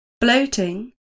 bloating